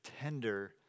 tender